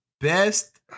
best